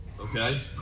Okay